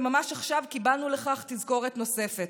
וממש עכשיו קיבלנו לכך תזכורת נוספת.